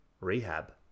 rehab